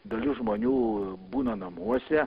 dalis žmonių būna namuose